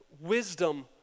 wisdom